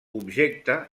objecte